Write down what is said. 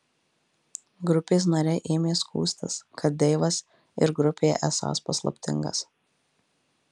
grupės nariai ėmė skųstis kad deivas ir grupėje esąs paslaptingas